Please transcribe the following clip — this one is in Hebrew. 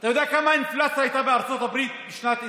אתה יודע כמה האינפלציה הייתה בארצות הברית בשנת 2021?